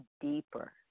deeper